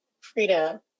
Frida